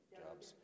jobs